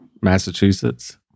Massachusetts